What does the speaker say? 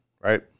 Right